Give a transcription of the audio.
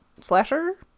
slasher